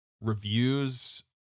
reviews